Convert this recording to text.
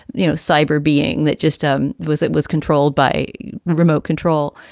you know, cyber being that just um was it was controlled by remote control.